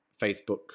Facebook